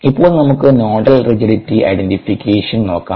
ഇപ്പോൾ നമുക്ക് nodal rigidity identification നോക്കാം